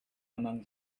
among